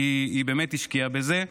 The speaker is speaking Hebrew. כי היא באמת השקיעה בזה,